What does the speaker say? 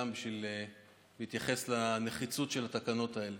גם כדי להתייחס לנחיצות של התקנות האלה.